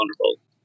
vulnerable